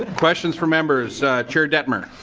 ah questions for members chair dettmer?